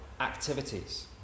activities